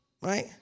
Right